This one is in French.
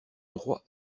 droit